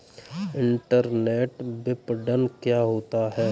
Internet विपणन क्या होता है?